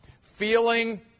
Feeling